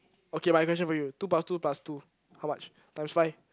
okay my question for you two plus two plus two how much times five